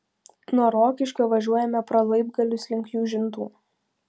nuo rokiškio važiuojame pro laibgalius link jūžintų